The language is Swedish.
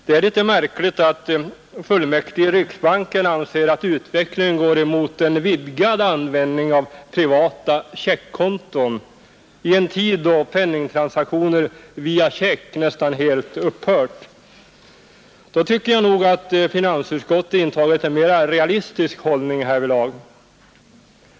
Det är litet märkligt att fullmäktige i riksbanken anser att utvecklingen går mot en vidgad användning av privata checkkonton i en tid då penningtransaktioner via check nästan helt upphört. Då tycker jag att finansutskottet intagit en mera realistisk hållning härvidlag.